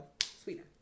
Sweetener